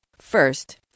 First